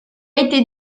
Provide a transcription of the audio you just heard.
été